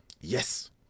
yes